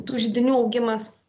tų židinių augimas